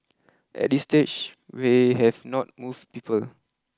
at this stage we have not moved people